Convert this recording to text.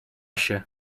się